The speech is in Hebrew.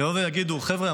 יבואו ויגידו: חבר'ה,